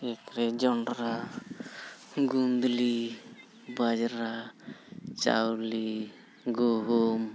ᱢᱤᱫᱨᱮ ᱡᱚᱸᱰᱨᱟ ᱜᱩᱸᱫᱽᱞᱤ ᱵᱟᱡᱽᱲᱟ ᱪᱟᱣᱞᱮ ᱜᱩᱦᱢ